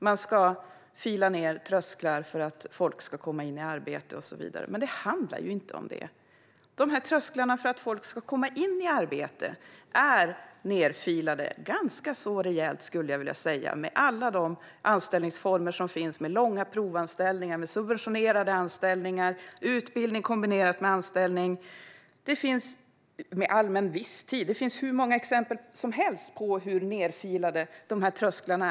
Man ska fila ned trösklar för att folk ska komma in i arbete och så vidare. Men det handlar ju inte om det! De trösklar som finns för att folk ska komma in i arbete är ganska rejält nedfilade genom alla de anställningsformer som finns med långa provanställningar, subventionerade anställningar, utbildning kombinerat med anställning och allmän visstid. Det finns hur många exempel som helst på hur nedfilade trösklarna är.